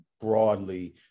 broadly